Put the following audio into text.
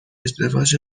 ازدواج